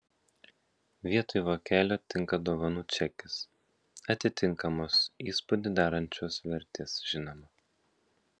vietoj vokelio tinka dovanų čekis atitinkamos įspūdį darančios vertės žinoma